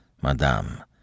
Madame